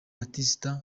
baptiste